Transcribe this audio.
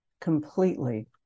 completely